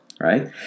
right